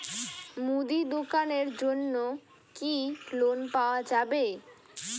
মুদি দোকানের জন্যে কি লোন পাওয়া যাবে?